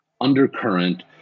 undercurrent